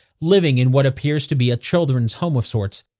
living in what appears to be a children's home of sorts.